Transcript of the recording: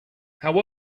how